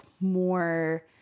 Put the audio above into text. more